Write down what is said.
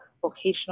vocational